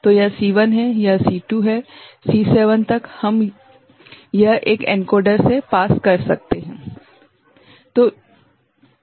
तो यह C1 है यह C2 है C7 तक यह हम एक एनकोडर से पास कर सकते हैं